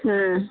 ம்